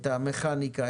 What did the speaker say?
את המכניקה,